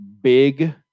big